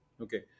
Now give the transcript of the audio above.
Okay